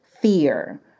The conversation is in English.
fear